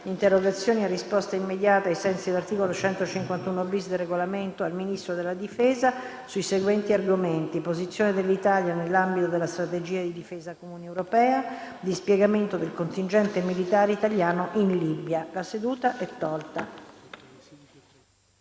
Interrogazioni a risposta immediata ai sensi dell’articolo 151-bis del Regolamento al Ministro della difesa sui seguenti argomenti: - posizione dell'Italia nell'ambito della strategia di difesa comune europea - dispiegamento del contingente militare italiano in Libia La seduta è tolta